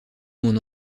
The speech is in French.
mon